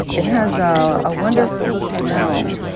it has a wonderful smell.